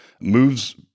moves